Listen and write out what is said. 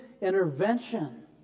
intervention